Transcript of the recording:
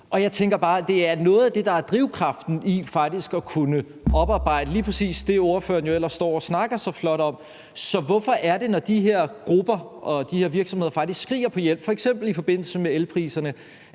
Og jeg tænker bare, at det er noget af det, der faktisk er drivkraften i at kunne oparbejde lige præcis det, ordføreren jo ellers står og snakker så flot om. Så hvorfor er det, at ordføreren, når de her grupper og de her virksomheder faktisk skriger på hjælp, f.eks. i forbindelse med elpriserne,